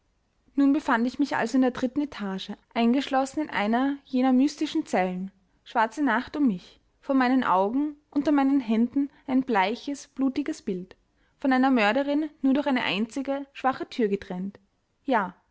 nun befand ich mich also in der dritten etage eingeschlossen in eine jener mystischen zellen schwarze nacht um mich vor meinen augen unter meinen händen ein bleiches blutiges bild von einer mörderin nur durch eine einzige schwache thür getrennt ja